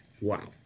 wow